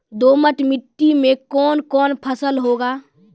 दोमट मिट्टी मे कौन कौन फसल होगा?